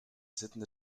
zitten